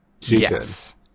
Yes